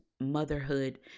motherhood